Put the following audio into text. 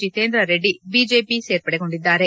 ಜಿತೇಂದ್ರ ರೆಡ್ಡಿ ಬಿಜೆಪಿಗೆ ಸೇರ್ಪಡೆಗೊಂಡಿದ್ದಾರೆ